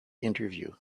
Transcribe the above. interview